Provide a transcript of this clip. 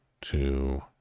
two